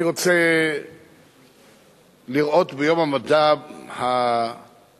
אני רוצה לראות ביום המדע הבין-לאומי